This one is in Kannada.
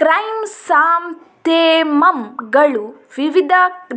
ಕ್ರೈಸಾಂಥೆಮಮ್ ಗಳು ವಿವಿಧ